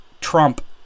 Trump